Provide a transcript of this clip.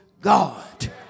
God